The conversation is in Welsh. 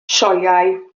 sioeau